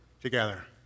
together